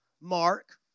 mark